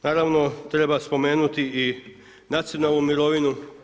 Naravno treba spomenuti i nacionalnu mirovinu.